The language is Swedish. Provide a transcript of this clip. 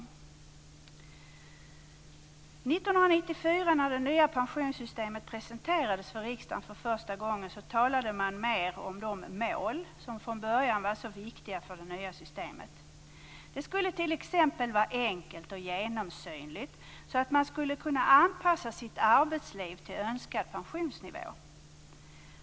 År 1994, när det nya pensionssystemet presenterades för riksdagen för första gången, talade man mer om de mål som från början var så viktiga för det nya systemet. Det skulle t.ex. vara enkelt och genomsynligt, så att det var möjligt att anpassa sitt arbetsliv till önskad pensionsnivå.